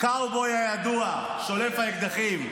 הקאובוי הידוע, שולף האקדחים.